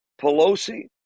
Pelosi